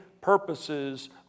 purposes